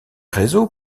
réseaux